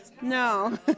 No